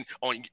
on